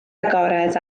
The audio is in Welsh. agored